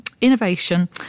innovation